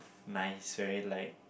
nice very like